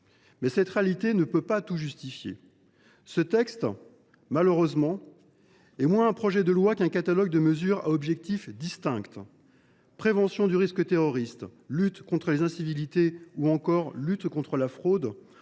cette réalité ne peut pas tout justifier. Je regrette que ce texte soit moins une proposition de loi qu’un catalogue de mesures à objectifs distincts : prévention du risque terroriste, lutte contre les incivilités ou encore contre la fraude.